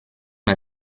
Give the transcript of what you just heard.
una